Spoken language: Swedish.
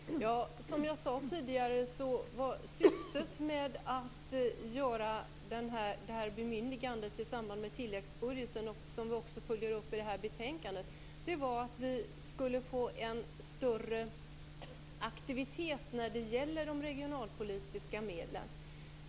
Fru talman! Som jag sade tidigare var syftet med att göra det här bemyndigandet i samband med tilläggsbudgeten, som vi också följer upp i det här betänkandet, att vi skulle få en större aktivitet när det gäller de regionalpolitiska medlen.